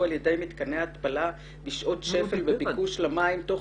על ידי מתקני ההתפלה בשעות שפל וביקוש למים תוך